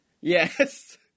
yes